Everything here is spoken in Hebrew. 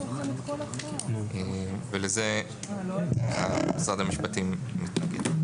לזה משרד המשפטים מתנגד.